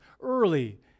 early